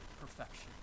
perfection